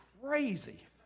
crazy